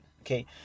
okay